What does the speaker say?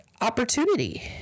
opportunity